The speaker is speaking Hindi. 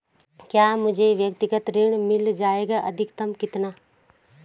क्या मुझे व्यक्तिगत ऋण मिल जायेगा अधिकतम कितना?